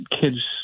kids